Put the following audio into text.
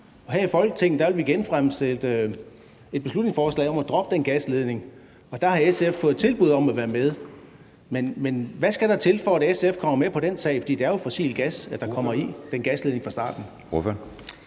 Her i Folketinget vil vi genfremsætte et beslutningsforslag om at droppe den gasledning, og der har SF fået et tilbud om at være med. Men hvad skal der til, for at SF kommer med på den sag, for det er jo fossil gas, der kommer ud af den gasledning fra start?